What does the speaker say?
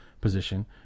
position